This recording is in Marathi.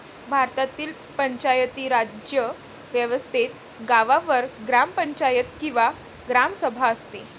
भारतातील पंचायती राज व्यवस्थेत गावावर ग्रामपंचायत किंवा ग्रामसभा असते